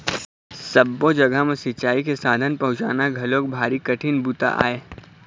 सब्बो जघा म सिंचई के साधन पहुंचाना घलोक भारी कठिन बूता आय